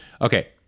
Okay